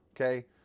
okay